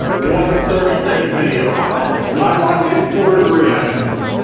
one thirty second video fuck that. i watch it for the reaction though.